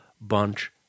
bunch